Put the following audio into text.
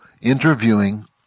interviewing